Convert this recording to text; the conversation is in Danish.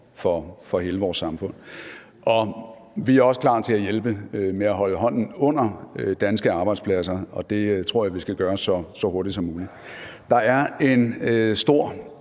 for hele vores samfund. Og vi er også klar til at hjælpe med at holde hånden under danske arbejdspladser, og det tror jeg vi skal gøre så hurtigt som muligt. Der er en stor